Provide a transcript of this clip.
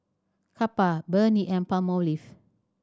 Kappa Burnie and Palmolive